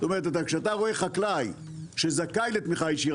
כשאתה רואה חקלאי שזכאי לתמיכה ישירה